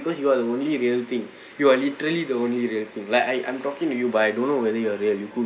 because you're the only real thing you are literally the only real thing like I I'm talking to you but I don't know whether you are real you could